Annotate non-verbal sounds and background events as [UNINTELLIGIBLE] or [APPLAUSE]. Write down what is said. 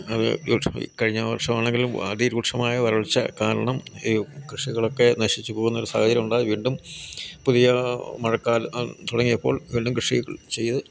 അത് [UNINTELLIGIBLE] പോയി കഴിഞ്ഞവർഷമാണെങ്കിലും ആതിരൂക്ഷമായ വരൾച്ച കാരണം ഈ കൃഷികളൊക്കെ നശിച്ചു പോകുന്ന ഒരു സാഹചര്യം ഉണ്ടായി വീണ്ടും പുതിയ മഴക്കാലം തുടങ്ങിയപ്പോൾ വീണ്ടും കൃഷികൾ ചെയ്ത്